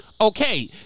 okay